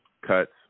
cuts